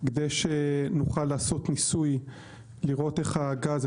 כדי שנוכל לעשות ניסוי לראות איך הגז,